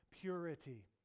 purity